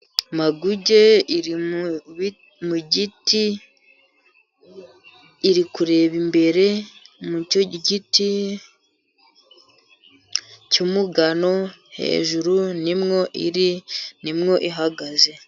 Maguge iri mu giti, irikureba imbere muri icyo giti cy'umugano. Hejuru niho iri, niho ihagaze.